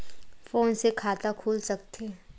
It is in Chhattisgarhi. फोन से खाता खुल सकथे?